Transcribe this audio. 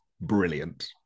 brilliant